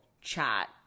chat